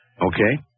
Okay